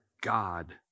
God